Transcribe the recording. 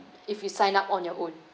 if you sign up on your own